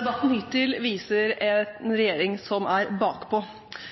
Debatten hittil viser en regjering som er